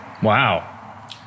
Wow